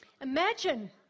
Imagine